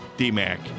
D-Mac